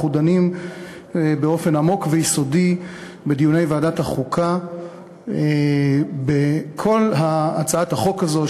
בדיוני ועדת החוקה אנחנו דנים באופן עמוק ויסודי בכל הצעת החוק הזאת,